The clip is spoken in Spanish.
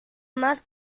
más